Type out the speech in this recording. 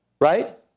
right